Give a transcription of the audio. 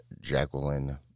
Jacqueline